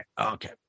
Okay